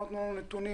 לא נתנו לנו נתונים.